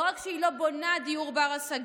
לא רק שהיא לא בונה דיור בר-השגה,